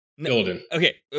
okay